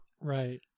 right